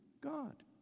God